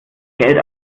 geld